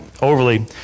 overly